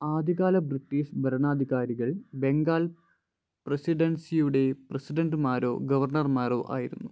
ആദ്യകാല ബ്രിട്ടീഷ് ഭരണാധികാരികൾ ബംഗാൾ പ്രസിഡൻസിയുടെ പ്രസിഡൻറ്റുമാരോ ഗവർണർമാരോ ആയിരുന്നു